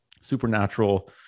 supernatural